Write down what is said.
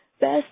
best